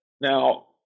Now